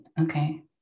okay